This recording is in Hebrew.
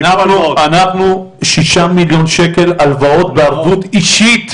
אנחנו שישה מיליון שקל הלוואות בערבות אישית,